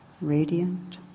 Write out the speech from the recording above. radiant